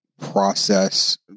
process